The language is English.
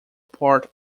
part